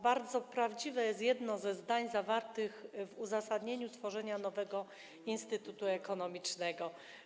Bardzo prawdziwe jest jedno ze zdań zawartych w uzasadnieniu potrzeby utworzenia nowego instytutu ekonomicznego.